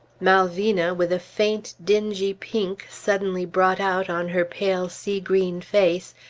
malvina, with a faint, dingy pink suddenly brought out on her pale sea-green face,